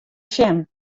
sjen